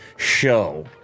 show